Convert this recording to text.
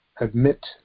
admit